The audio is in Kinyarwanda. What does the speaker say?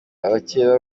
abakeba